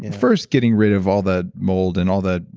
first getting rid of all that mold and all that,